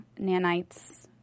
nanites